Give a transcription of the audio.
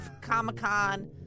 Comic-Con